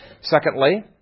Secondly